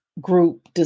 group